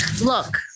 look